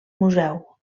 museu